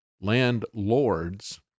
landlords